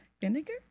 vinegar